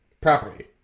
property